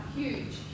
huge